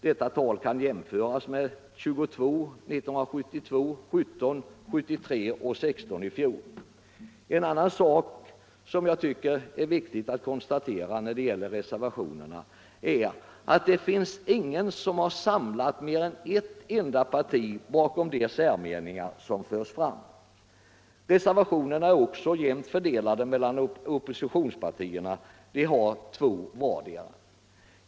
Detta tal kan jämföras med 22 år 1972, 17 år 1973 och 16 i fjol. En annan sak som jag tycker är viktig att konstatera när det gäller reservationerna är att det inte bakom någon av de särmeningar som förs fram står mer än ett parti. Reservationerna är också jämnt fördelade mellan oppositionspartierna, nämligen två reservationer för vart och ett av oppositionspartierna.